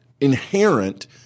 inherent